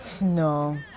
no